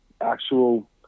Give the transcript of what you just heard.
actual